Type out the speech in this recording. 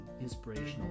inspirational